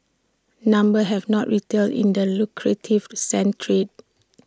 numbers have not retail in the lucrative sand trade